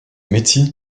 médecine